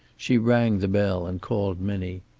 she rang the bell and called minnie.